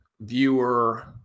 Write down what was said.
viewer